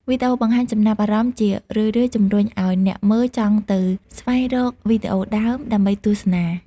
វីដេអូបង្ហាញចំណាប់អារម្មណ៍ជារឿយៗជម្រុញឱ្យអ្នកមើលចង់ទៅស្វែងរកវីដេអូដើម ដើម្បីទស្សនា។